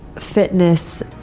fitness